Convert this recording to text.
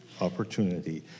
opportunity